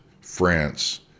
France